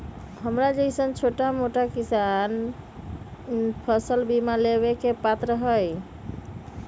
हमरा जैईसन छोटा मोटा किसान फसल बीमा लेबे के पात्र हई?